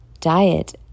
diet